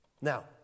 Now